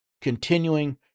continuing